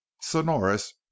sonorous